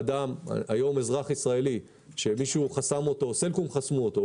היום אזרח ישראלי שמישהו חסם אותו או סלקום חסמו אותו,